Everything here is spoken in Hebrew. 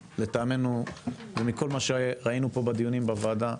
לטעמנו, ומכל מה שראינו פה בדיונים בוועדה,